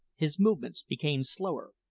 his movements became slower,